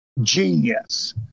genius